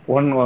One